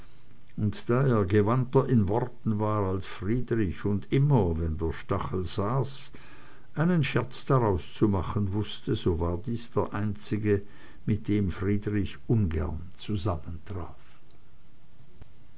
und da er gewandter in worten war als friedrich und immer wenn der stachel saß einen scherz daraus zu machen wußte so war dies der einzige mit dem friedrich ungern